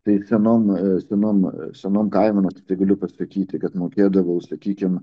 tai fenomenas imama suma galima matyti galiu pasakyti kad mokėdavau sakykime